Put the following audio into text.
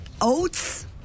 oats